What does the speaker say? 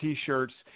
T-shirts